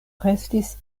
restis